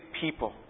people